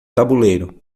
tabuleiro